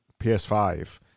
PS5